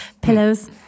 Pillows